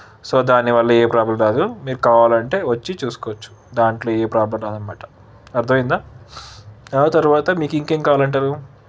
so దానివల్ల ఏ problem రాదు మీరు కావాలంటే వచ్చి చూసుకోవచ్చు దాంట్లో ఏ ప్రాబ్లం రాదనమాట అర్థమయిందా ఆ తర్వాత మీకు ఇంకేం కావాలి అంటారు